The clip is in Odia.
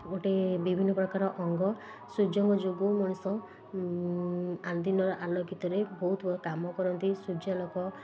ଗୋଟେ ବିଭିନ୍ନ ପ୍ରକାର ଅଙ୍ଗ ସୂର୍ଯ୍ୟଙ୍କ ଯୋଗୁଁ ମଣିଷ ଦିନରେ ଆଲୋକିତରେ ବହୁତ କାମ କରନ୍ତି ସୂର୍ଯ୍ୟାଲୋକ